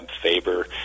Faber